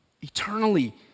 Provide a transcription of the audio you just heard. eternally